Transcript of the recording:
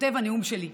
לכותב הנאום שלי,